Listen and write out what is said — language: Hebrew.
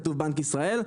כתוב בנק ישראל.